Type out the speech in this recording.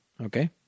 Okay